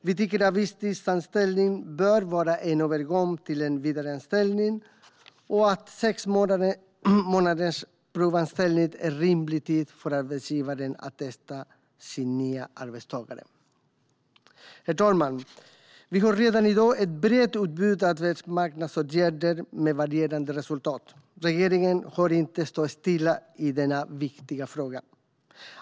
Vi tycker att visstidsanställning bör vara en övergång till en vidareanställning och att sex månaders provanställning är en rimlig tid för arbetsgivaren att testa sin nya arbetstagare. Herr talman! Vi har redan i dag ett brett utbud av arbetsmarknadsåtgärder med varierande resultat. Regeringen har inte stått stilla i denna viktiga fråga.